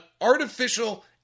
artificial